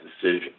decision